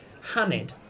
Hamid